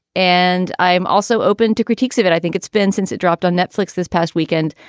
and i'm also open to critiques of it. i think it's been since it dropped on netflix this past weekend,